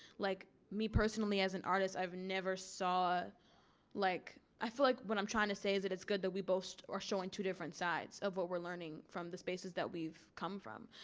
like me personally as an artist i've never saw like i feel like when i'm trying to say is it it's good that we both are showing two different sides of what we're learning from the spaces that we've come from.